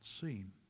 seen